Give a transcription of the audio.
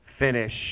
finish